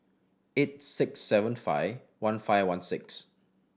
eight six seven five one five one six